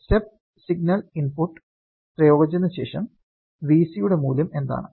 step signal input പ്രയോഗിച്ചതിനുശേഷം Vc യുടെ മൂല്യം എന്താണ്